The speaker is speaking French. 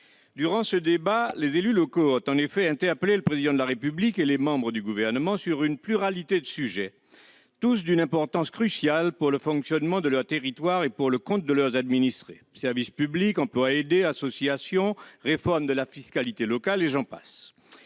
Durant ce débat, les élus locaux ont interpellé le Président de la République et les membres du Gouvernement sur une pluralité de sujets, tous d'une importance cruciale pour le fonctionnement de leurs territoires et pour la vie de leurs administrés : services publics, emplois aidés, associations, réformes de la fiscalité locale et j'en passe.